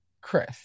Chris